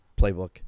playbook